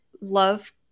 love